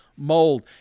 mold